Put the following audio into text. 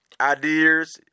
ideas